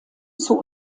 zur